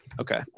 Okay